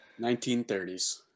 1930s